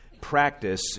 practice